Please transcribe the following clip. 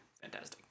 fantastic